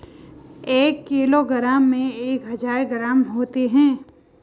एक किलोग्राम में एक हजार ग्राम होते हैं